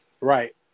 Right